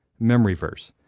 memory verse,